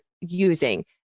using